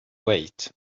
wait